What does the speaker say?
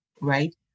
right